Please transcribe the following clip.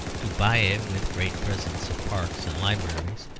to buy it with great presents of parks and libraries,